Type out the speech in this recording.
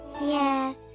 Yes